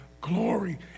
glory